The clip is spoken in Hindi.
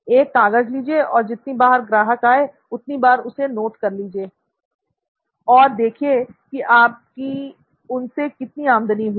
एक कागज़ लीजिए और जितनी बार ग्राहक आए उतनी बार उसे नोट कर लीजिए और देखिए कि आपकी उनसे कितनी आमदनी हुई